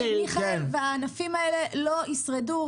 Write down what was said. והענפים האלה לא ישרדו.